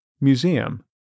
museum